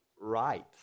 right